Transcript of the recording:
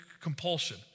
compulsion